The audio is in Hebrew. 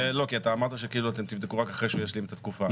אתה אמרת שכאילו אתם תבדקו רק אחרי שהוא ישלים את התקופה.